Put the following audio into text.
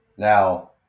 Now